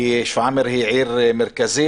כי שפרעם היא עיר מרכזית.